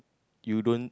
you don't